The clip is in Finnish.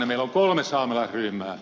meillä on kolme saamelaisryhmää